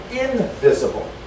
invisible